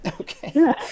Okay